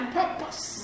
purpose